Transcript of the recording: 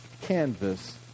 canvas